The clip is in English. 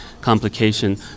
complication